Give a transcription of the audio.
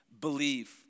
believe